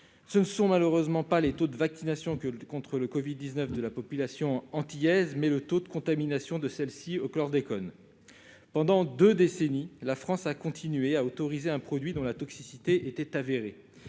je n'évoque malheureusement pas les taux de vaccination contre le covid-19 de la population antillaise, mais le taux de contamination de celle-ci au chlordécone. Pendant deux décennies, la France a continué à autoriser un produit dont la toxicité était avérée.